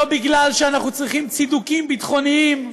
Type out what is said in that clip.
לא כי אנחנו צריכים צידוקים ביטחוניים,